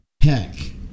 Heck